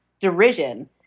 derision